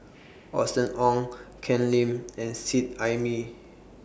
Austen Ong Ken Lim and Seet Ai Mee